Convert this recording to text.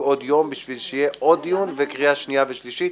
עוד יום בשביל שיהיה עוד דיון לקראת קריאה שניה ושלישית.